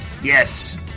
Yes